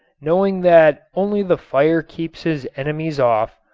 knowing that only the fire keeps his enemies off,